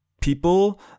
people